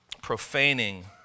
profaning